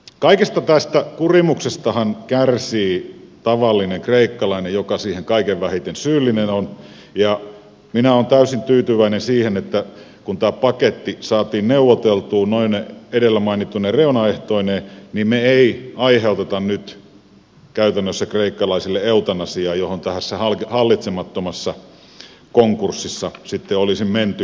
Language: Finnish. kaikesta tästä kurimuksestahan kärsii tavallinen kreikkalainen joka siihen kaikkein vähiten syyllinen on ja minä olen täysin tyytyväinen siihen että kun tämä paketti saatiin neuvoteltua noine edellä mainittuine reunaehtoineen niin me emme aiheuta nyt käytännössä kreikkalaisille eutanasiaa johon tässä hallitsemattomassa konkurssissa olisi menty